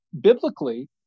biblically